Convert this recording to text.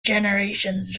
generations